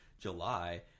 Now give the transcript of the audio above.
July